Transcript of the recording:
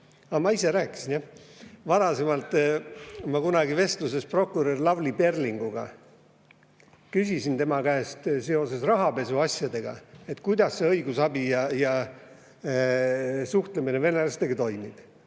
ma ise rääkisin. Ma kunagi varasemalt vestluses prokurör Lavly Perlinguga küsisin tema käest seoses rahapesuasjadega, et kuidas see õigusabi [andmine] ja suhtlemine venelastega toimib.